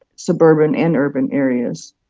suburban, and urban areas.